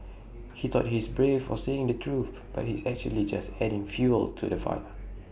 he thought he's brave for saying the truth but he's actually just adding fuel to the fire